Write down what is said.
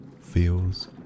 feels